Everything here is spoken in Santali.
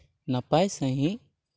ᱱᱟᱯᱟᱭ ᱥᱟᱺᱦᱤᱡ